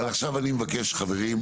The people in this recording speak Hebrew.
אבל עכשיו אני מבקש חברים,